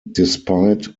despite